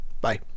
Bye